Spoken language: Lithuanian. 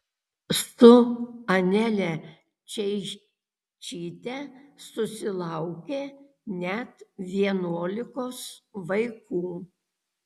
su anele čeičyte susilaukė net vienuolikos vaikų